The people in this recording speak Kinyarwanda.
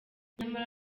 nyamara